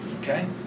Okay